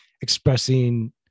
expressing